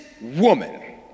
woman